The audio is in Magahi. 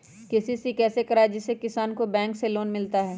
के.सी.सी कैसे कराये जिसमे किसान को बैंक से लोन मिलता है?